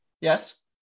yes